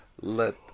let